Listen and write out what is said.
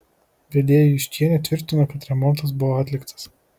vedėja juščienė tvirtino kad remontas buvo atliktas